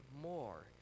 more